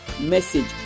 message